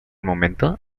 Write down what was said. momento